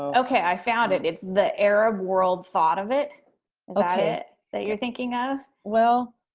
okay, i found it. it's the arab world thought of it. is that it so you're thinking of? well,